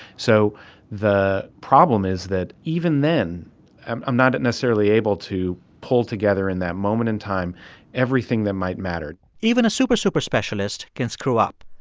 so the problem is that even then i'm i'm not necessarily able to pull together in that moment in time everything that might matter even a super, super specialist can screw up.